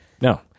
No